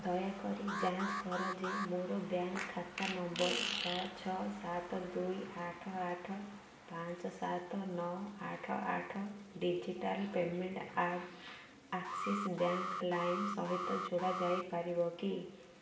ଦୟାକରି ଯାଞ୍ଚ କର ଯେ ମୋର ବ୍ୟାଙ୍କ ଖାତା ନମ୍ବର ଛଅ ଛଅ ସାତ ଦୁଇ ଆଠ ଆଠ ପାଞ୍ଚ ସାତ ନଅ ଆଠ ଆଠ digital payment app Axis bank Lime ସହିତ ଯୋଡ଼ା ଯାଇପାରିବ କି